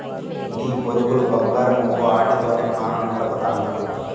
నీ బొరుగులు బంగారమవ్వు, ఆటితోనే పానం నిలపతండావ్